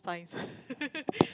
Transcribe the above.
science